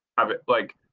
have it like,